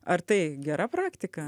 ar tai gera praktika